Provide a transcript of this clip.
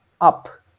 up